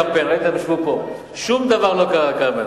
שום דבר לא קרה,